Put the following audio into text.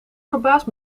verbaast